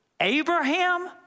Abraham